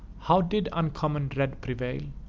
how did uncommon dread prevail!